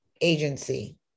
agency